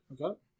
Okay